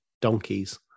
donkeys